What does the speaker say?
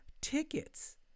tickets